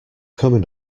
coming